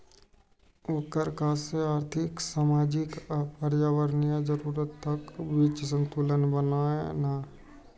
ओकर काज छै आर्थिक, सामाजिक आ पर्यावरणीय जरूरतक बीच संतुलन बनेनाय